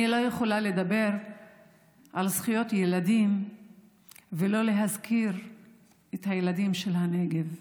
אני לא יכולה לדבר על זכויות ילדים בלי להזכיר את הילדים של הנגב,